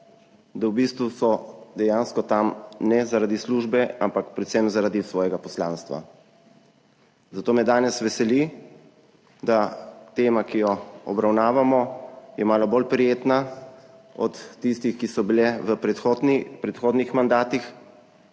da v bistvu so dejansko tam, ne zaradi službe, ampak predvsem zaradi svojega poslanstva. Zato me danes veseli, da tema, ki jo obravnavamo, je malo bolj prijetna od tistih, ki so bile v predhodnih mandatih